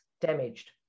damaged